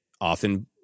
often